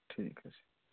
ঠিক আছে